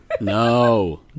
no